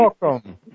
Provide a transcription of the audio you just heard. welcome